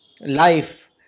life